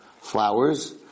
flowers